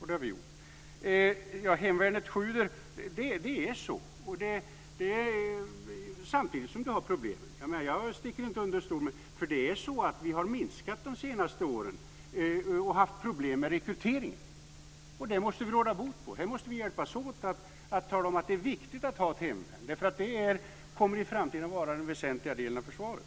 Och det har vi gjort. Hemvärnet sjuder - det är så - samtidigt som det har problem. Jag sticker inte under stol med det. Det är nämligen så att vi har gjort minskningar under de senaste åren och haft problem med rekryteringen. Det måste vi råda bot på. Vi måste hjälpas åt att tala om att det är viktigt att ha ett hemvärn. Det kommer i framtiden att vara den väsentliga delen av försvaret.